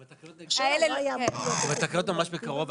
עם התקנות נגיע ממש בקרוב,